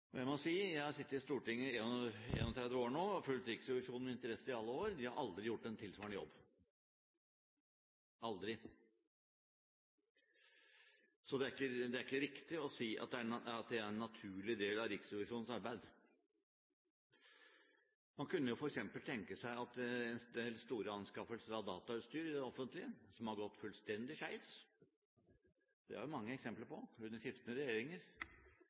selskap. Jeg må si – jeg har sittet i Stortinget i 31 år nå og fulgt Riksrevisjonen med interesse i alle år, og de har aldri gjort en tilsvarende jobb. Aldri! Så det er ikke riktig å si at det er en naturlig del av Riksrevisjonens arbeid. Man kunne jo f.eks. tenke seg at Riksrevisjonen skulle kontrollere om all konkurransen mellom anbyderne var reell ved store anskaffelser av datautstyr i det offentlige som har gått fullstendig skeis – det har vi mange eksempler på, under skiftende regjeringer,